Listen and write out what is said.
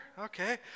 okay